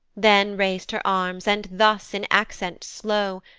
then rais'd her arms, and thus, in accents slow,